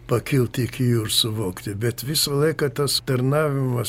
pakilt iki jų ir suvokti bet visą laiką tas tarnavimas